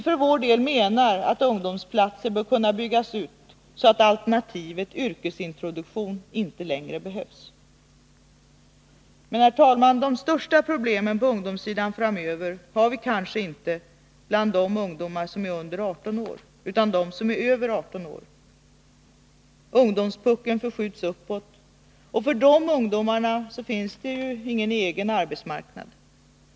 För vår del menar vi att ungdomsplatserna bör kunna byggas ut, så att alternativet yrkesintroduktion inte längre behövs. Men, herr talman, de största problemen framöver på ungdomssidan har vi kanske inte bland de ungdomar som är under 18 år utan bland dem som är över 18 år. Ungdomspuckeln förskjuts uppåt. För de äldre ungdomarna finns det ju ingen egen arbetsmarknad.